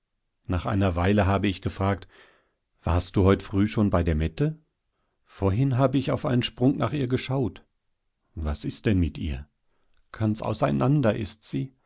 nach einer weile habe ich gefragt warst du heut früh schon bei der mette vorhin hab ich auf einen sprung nach ihr geschaut was ist denn mit ihr ganz auseinander ist sie